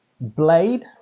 Blade